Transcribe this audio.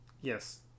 Yes